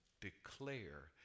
declare